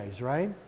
right